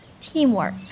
teamwork